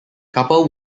couple